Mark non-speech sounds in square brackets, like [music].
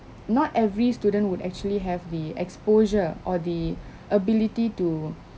not every student would actually have the exposure or the [breath] ability to